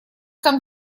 там